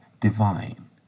divine